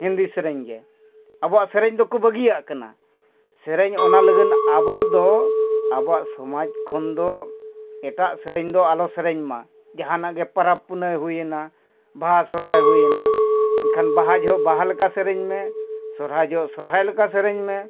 ᱦᱤᱱᱫᱤ ᱥᱮᱨᱮᱧ ᱜᱮ ᱟᱵᱚᱣᱟᱜ ᱥᱮᱨᱮᱧ ᱫᱚᱠᱚ ᱵᱟᱹᱜᱤᱭᱟᱜ ᱠᱟᱱᱟ ᱥᱮᱨᱮᱧ ᱚᱱᱟ ᱞᱟᱹᱜᱤᱫ ᱟᱵᱚ ᱫᱚ ᱟᱵᱚᱣᱟᱜ ᱥᱚᱢᱟᱡᱽ ᱠᱷᱚᱱ ᱫᱚ ᱮᱴᱟᱜ ᱥᱮᱨᱮᱧ ᱫᱚ ᱟᱞᱚ ᱥᱮᱨᱮᱧ ᱢᱟ ᱡᱟᱦᱟᱱᱟᱜ ᱜᱮ ᱯᱟᱨᱟᱵᱽ ᱯᱩᱱᱟᱹᱭ ᱦᱩᱭᱮᱱᱟ ᱵᱟᱦᱟ ᱥᱚᱦᱨᱟᱭ ᱦᱩᱭᱮᱱᱟ ᱮᱱᱠᱷᱟᱱ ᱵᱟᱦᱟ ᱡᱚᱦᱚᱜ ᱵᱟᱦᱟ ᱞᱮᱠᱟ ᱥᱮᱨᱮᱧ ᱢᱮ ᱥᱚᱨᱦᱟᱭ ᱡᱚᱦᱚᱜ ᱥᱚᱦᱨᱟᱭ ᱞᱮᱠᱟ ᱥᱮᱨᱮᱧ ᱢᱮ